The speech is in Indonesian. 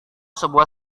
sebuah